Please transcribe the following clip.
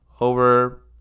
Over